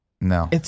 No